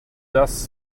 does